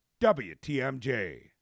WTMJ